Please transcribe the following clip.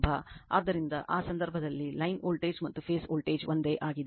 ಆದ್ದರಿಂದ ಆ ಸಂದರ್ಭದಲ್ಲಿ ಲೈನ್ ವೋಲ್ಟೇಜ್ ಮತ್ತು ಫೇಸ್ ವೋಲ್ಟೇಜ್ ಒಂದೇ ಆಗಿದೆ